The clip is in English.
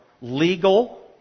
legal